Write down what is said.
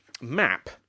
map